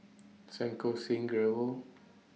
Santokh Singh Grewal